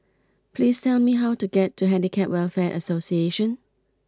please tell me how to get to Handicap Welfare Association